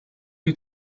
you